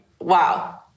wow